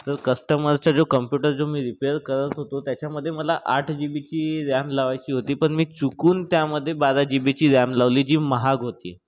तर कस्टमरचा जो कम्प्युटर जो मी रिपेअर करत होतो त्याच्यामध्ये मला आठ जीबीची रॅम लावायची होती पण मी चुकून त्या मध्ये बारा जीबी ची रॅम लावली जी महाग होती